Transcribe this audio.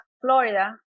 florida